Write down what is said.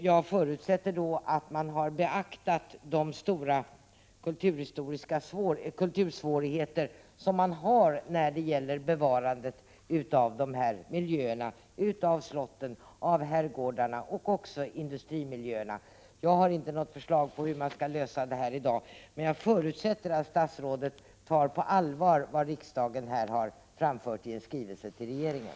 Jag förutsätter då att man har beaktat de stora svårigheter i kulturhistoriskt hänseende som föreligger när det gäller bevarandet av de här miljöerna — av slott, av herrgårdar och även av industrimiljöer. Jag har inte något förslag till lösning av problemet i dag, men jag förutsätter att statsrådet tar på allvar vad riksdagen härvidlag har framfört i en skrivelse till regeringen.